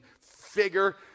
figure